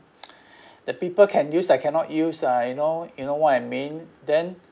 the people can use I cannot use ah you know you know what I mean then